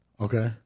okay